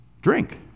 Drink